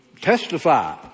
testify